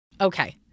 Okay